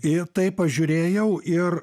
ir taip pažiūrėjau ir